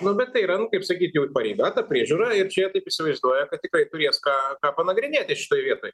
nu bet tai yra nu kaip sakyt jų pareiga ta priežiūra ir čia jie taip įsivaizduoja kad tikrai turės ką ką panagrinėti šitoj vietoj